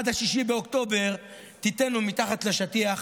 עד 6 באוקטובר טאטאנו מתחת לשטיח,